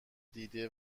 دیده